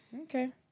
Okay